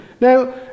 Now